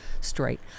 straight